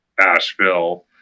Asheville